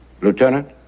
Lieutenant